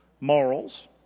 morals